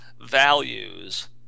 values